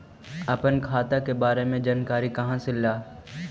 अपन खाता के बारे मे जानकारी कहा से ल?